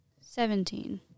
Seventeen